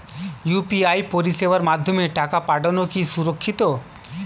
UPI পরিষেবার মাধ্যমে টাকা পাঠানো কি সুরক্ষিত?